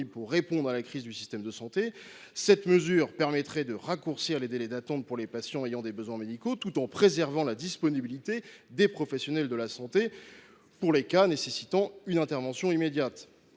pour répondre à la crise du système de santé. Cette mesure permettrait de raccourcir les délais d’attente pour les patients qui ont des besoins médicaux tout en préservant la disponibilité des professionnels de santé pour les cas qui nécessitent une intervention immédiate.